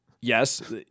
Yes